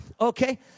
okay